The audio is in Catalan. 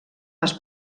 les